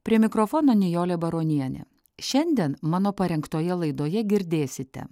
prie mikrofono nijolė baronienė šiandien mano parengtoje laidoje girdėsite